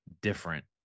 different